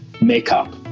makeup